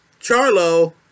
Charlo